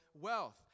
wealth